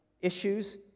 issues